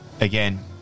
again